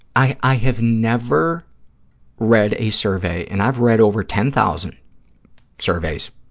i i have never read a survey, and i've read over ten thousand surveys